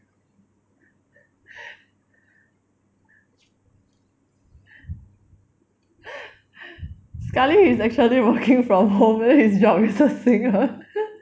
sekali he's actually working from home then his job is a singer